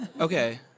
Okay